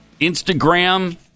Instagram